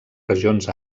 regions